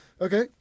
Okay